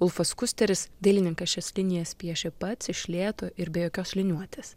ulfas kusteris dailininkas šias linijas piešė pats iš lėto ir be jokios liniuotės